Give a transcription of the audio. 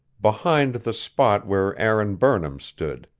behind the spot where aaron burnham stood.